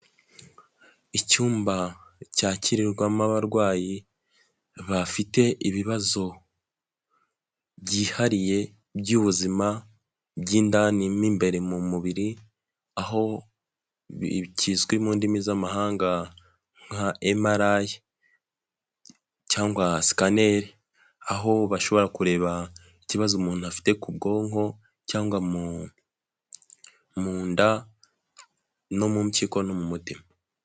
Icyumba cyakirirwamo abarwayi bafite ibibazo byihariye by'ubuzima by'indani mu imbere mu mubiri aho kizwi mu ndimi z'amahanga nka emarayi cyangwa sikaneri aho bashobora kureba ikibazo umuntu afite ku bwonko cyangwa mu nda no mu mpyiko no mu mutima.